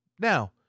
Now